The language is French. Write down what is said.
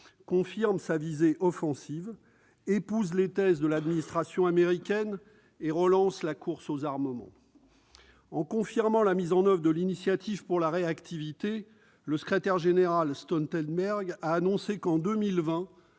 confirme sa visée offensive, épouse les thèses de l'administration américaine et relance la course aux armements. En confirmant la mise en oeuvre de « l'initiative pour la réactivité », le secrétaire général, Jens Stoltenberg, a annoncé que, en 2020,